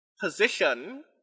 Position